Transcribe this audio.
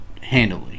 handily